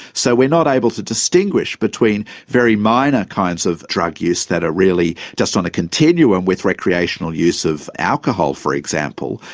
so we're not able to distinguish between very minor kinds of drug use that are really just on a continuum with recreational use of alcohol, for example,